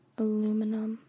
aluminum